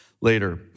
later